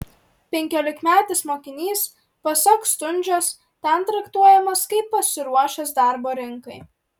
penkiolikmetis mokinys pasak stundžos ten traktuojamas kaip pasiruošęs darbo rinkai